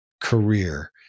career